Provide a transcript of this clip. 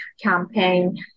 campaign